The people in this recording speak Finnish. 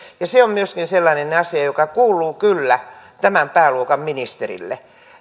se on myöskin sellainen asia joka kuuluu kyllä tämän pääluokan ministerille